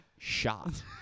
shot